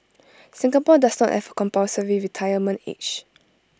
Singapore does not A compulsory retirement age